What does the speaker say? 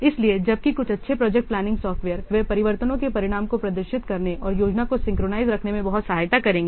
इसलिए जबकि कुछ अच्छे प्रोजेक्ट प्लानिंग सॉफ्टवेयर वे परिवर्तनों के परिणामों को प्रदर्शित करने और योजना को सिंक्रनाइज़ रखने में बहुत सहायता करेंगे